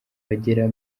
bagera